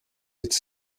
its